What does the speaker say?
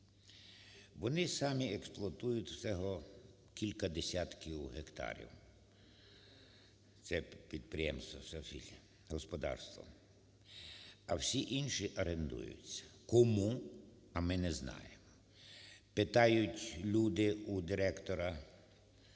Вони самі експлуатують всього кілька десятків гектарів. Це підприємство "……..", господарство, а всі інші орендуються кому, а ми не знаємо. Питають люди у директора